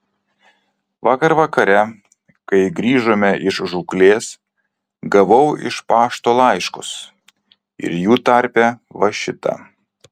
vakar vakare kai grįžome iš žūklės gavau iš pašto laiškus ir jų tarpe va šitą